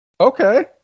Okay